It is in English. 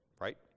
Right